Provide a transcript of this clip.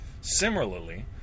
Similarly